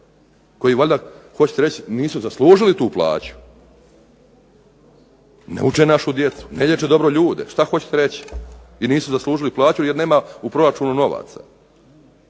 koji valjda hoćete reći nisu zaslužili tu plaću. Ne uče našu djecu, ne liječe ljude što hoćete reći i nisu zaslužili plaću jer nema u proračunu novaca.